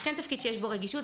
זה כן תפקיד שיש בו רגישות,